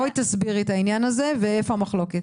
בואי תסבירי את העניין הזה ואיפה המחלוקת.